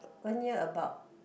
one year about